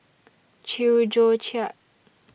Chew Joo Chiat